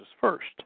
first